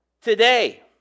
today